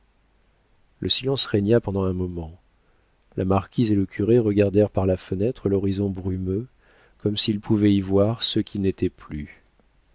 le silence régna pendant un moment la marquise et le curé regardèrent par la fenêtre l'horizon brumeux comme s'ils pouvaient y voir ceux qui n'étaient plus